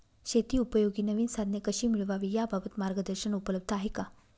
शेतीउपयोगी नवीन साधने कशी मिळवावी याबाबत मार्गदर्शन उपलब्ध आहे का?